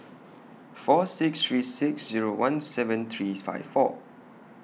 four six three six Zero one seven three five four